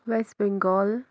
West Bengal